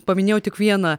paminėjau tik vieną